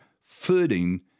footing